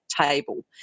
table